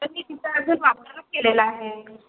तर मी तिचं अजून वापरच केलेलं आहे